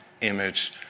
image